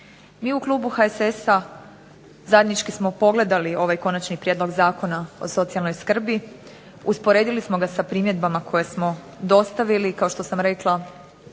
Mi u klubu HSS-a zajednički smo pogledali ovaj Konačni prijedlog zakona o socijalnoj skrbi, usporedili smo ga sa primjedbama koje smo dostavili. Kao što sam rekla,